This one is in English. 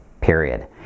period